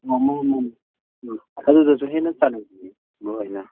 ꯃꯥꯅꯤ ꯃꯥꯅꯤ ꯎꯝ ꯑꯗꯨꯗꯁꯨ ꯍꯦꯟꯅ ꯆꯥꯅꯤꯡꯉꯦ ꯃꯔꯨ ꯑꯣꯏꯅ